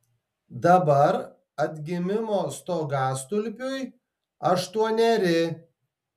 dabar atgimimo stogastulpiui aštuoneri